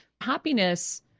happiness